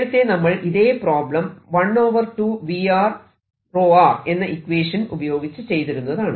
നേരത്തെ നമ്മൾ ഇതേ പ്രോബ്ലം 1 2 V എന്ന ഇക്വേഷൻ ഉപയോഗിച്ച് ചെയ്തിരുന്നതാണ്